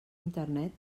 internet